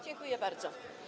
Dziękuję bardzo.